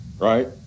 right